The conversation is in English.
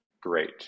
great